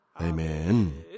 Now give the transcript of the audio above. Amen